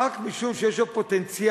רק משום שיש לו פוטנציאל,